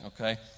okay